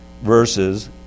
verses